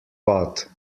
pot